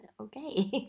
okay